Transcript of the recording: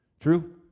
True